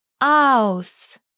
Aus